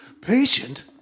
Patient